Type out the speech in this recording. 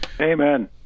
Amen